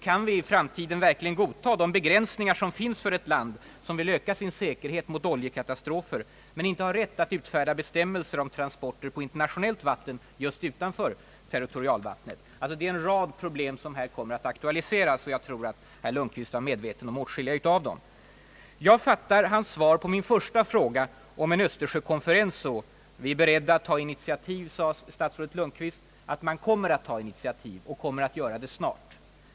Kan vi i framtiden verkligen godta de begränsningar som finns för ett land, som vill öka sin säkerhet mot oljekatastrofer, men inte har rätt att utfärda bestämmelser om transporter på internationellt vatten just utanför territorialvattnet? Det är alltså en rad problem som här kommer att aktualiseras, och jag hoppas att herr Lundkvist är medveten om åtskilliga av dem. Jag fattar hans svar på min första fråga om en öÖstersjökonferens så att man kommer att ta initiativ till en sådan och kommer att göra det snart.